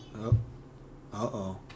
Uh-oh